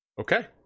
Okay